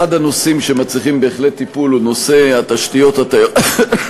אחד הנושאים שמצריכים בהחלט טיפול הוא נושא תשתיות התיירות,